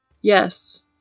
Yes